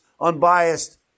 unbiased